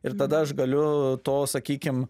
ir tada aš galiu to sakykim